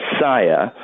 Messiah